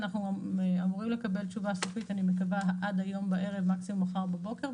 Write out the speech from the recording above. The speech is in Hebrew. אנחנו אמורים לקבל תשובה סופית עד היום בערב או מחר בבוקר,